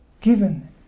given